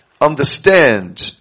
understand